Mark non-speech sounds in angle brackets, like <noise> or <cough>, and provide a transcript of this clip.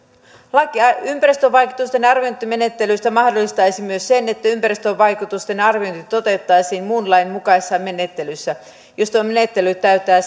laki ympäristövaikutusten arviointimenettelystä mahdollistaisi myös sen että ympäristövaikutusten arviointi toteutettaisiin muun lain mukaisessa menettelyssä jos tuo menettely täyttää <unintelligible>